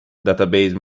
database